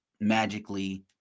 magically